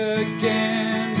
again